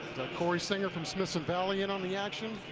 cory singer from smithson valley in on the action.